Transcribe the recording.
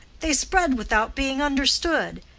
they spread without being understood,